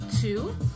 two